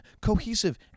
cohesive